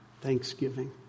thanksgiving